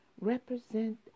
represent